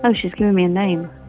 um she's given me a name.